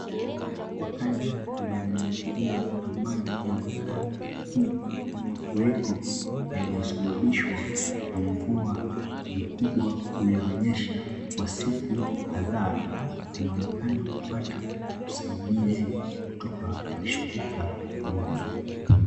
Wakazi wa jamii hii ambayo inaonekana kukumbwa na mafuriko yaliyosababishwa na mvua mkubwa ulionyesha kwa siku kadhaa. Wanaonekana kupata usaidizi kutoka kwa shirika fulani.